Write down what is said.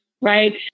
right